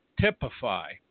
typify